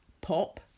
pop